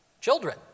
Children